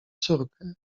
córkę